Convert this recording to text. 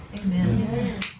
Amen